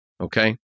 okay